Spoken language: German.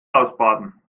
ausbaden